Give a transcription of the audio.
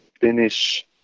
finish